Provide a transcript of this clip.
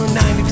90%